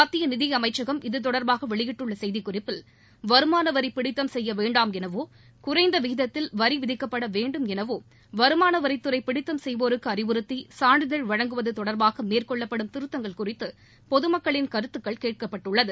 மத்திய நிதியமைச்சகம் இதுதொடர்பாக வெளியிட்டுள்ள செய்திக் குறிப்பில் வருமானவரி பிடித்தம் செய்ய வேண்டாம் எனவோ குறைந்த விகிதத்தில் வரி விதிக்கப்பட வேண்டும் எனவோ வருமானவரித்துறை பிடித்தம் செய்வோருக்கு அறிவுறுத்தி சான்றிதழ் வழங்குவது தொடர்பாகவும் மேற்கொள்ளப்படும் திருத்தங்கள் குறித்து பொதுமக்களின் கருத்துக்கள் கேட்கப்பட்டுள்ளது